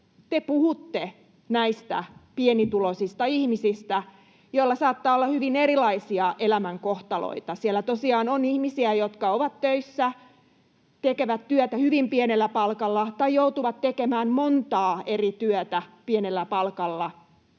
te puhutte näistä pienituloisista ihmisistä, joilla saattaa olla hyvin erilaisia elämänkohtaloita. Siellä tosiaan on ihmisiä, jotka ovat töissä, tekevät työtä hyvin pienellä palkalla tai joutuvat tekemään montaa eri työtä pienellä palkalla,